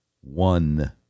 one